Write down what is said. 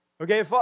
Okay